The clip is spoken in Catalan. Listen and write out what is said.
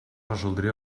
resoldria